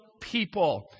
people